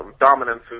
dominance